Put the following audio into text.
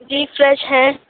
جی fresh ہے